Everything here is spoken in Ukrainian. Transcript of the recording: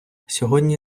сьогодні